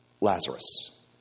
Lazarus